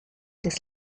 des